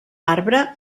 arbre